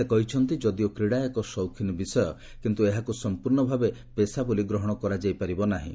ସେ କହିଛନ୍ତି ଯଦିଓ କ୍ରୀଡ଼ା ଏକ ସୌଖୀନ ବିଷୟ କିନ୍ତୁ ଏହାକୁ ସମ୍ପର୍ଷଭାବେ ପେସା ବୋଲି ଗ୍ରହଣ କରାଯାଇପାରିବ ନାହିଁ